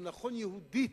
זה נכון יהודית,